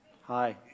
Hi